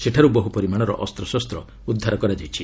ସେଠାରୁ ବହୁ ପରିମାଣର ଅସ୍ତ୍ରଶାସ୍ତ ଉଦ୍ଧାର କରାଯାଇଛି